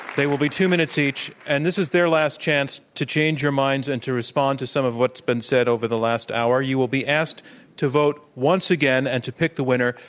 they will be two minutes each. and this is their last chance to change your minds and to respond to some of what's been said over the last hour. you will be asked to vote, once again, and to pick the winner,